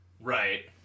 Right